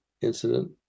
incident